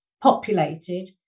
populated